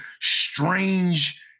strange